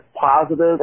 positive